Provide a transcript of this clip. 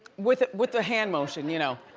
with with the hand motion, you know.